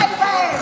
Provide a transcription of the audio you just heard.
מתעלל בהם,